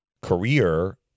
career